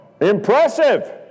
Impressive